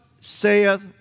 saith